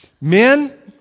Men